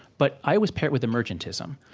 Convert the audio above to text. but i always pair it with emergentism.